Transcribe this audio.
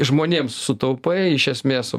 žmonėms sutaupai iš esmės